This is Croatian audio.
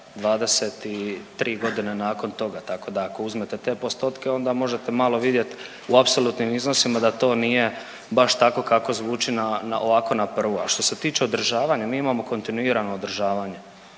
23.g. nakon toga, tako da ako uzmete te postotke onda možete malo vidjet u apsolutnim iznosima da to nije baš tako kako zvuči na, na ovako na prvu. A što se tiče održavanja, mi imamo kontinuirano održavanje,